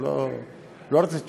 הוא לא רוצה תשובה.